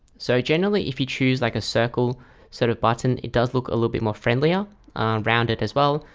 so generally if you choose like a circle sort of button, it does look a little bit more friendlier rounded as well.